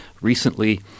Recently